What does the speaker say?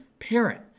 Parent